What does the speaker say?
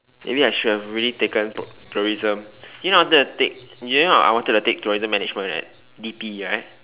maybe I should have really taken tour~ tourism you know I'm gonna to take you know I wanted to take tourism management at T_P right